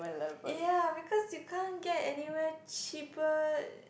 ya because you can't get anywhere cheaper